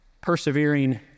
Persevering